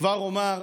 כבר אומר,